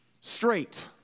straight